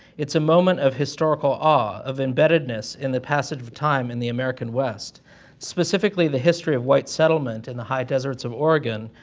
it's a moment of historical awe. of embeddedness in the passage of time in the american west specifically the history of white settlement in the high deserts of oregon,